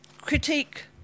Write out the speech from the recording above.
Critique